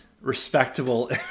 respectable